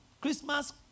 Christmas